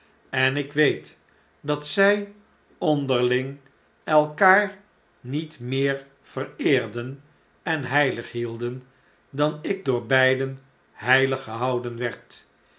en ik weet dat zh onderling elkaar niet meer vereerden enheilig hielden dan ik door beiden heilig gehouden werd